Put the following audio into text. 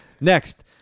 Next